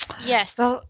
Yes